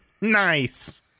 Nice